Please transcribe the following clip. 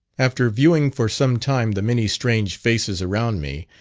after viewing for some time the many strange faces around me,